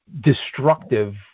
destructive